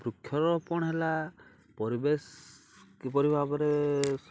ବୃକ୍ଷରୋପଣ ହେଲା ପରିବେଶ କିପରି ଭାବରେ